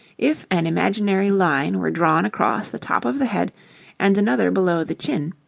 if an imaginary line were drawn across the top of the head and another below the chin,